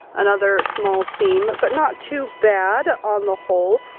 another small seam. but not too bad on the whole.